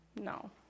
No